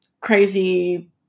crazy